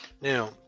Now